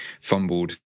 fumbled